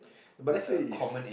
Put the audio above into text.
but let's say if